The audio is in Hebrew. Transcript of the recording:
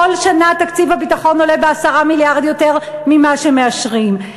כל שנה תקציב הביטחון עולה ב-10 מיליארד על מה שמאשרים.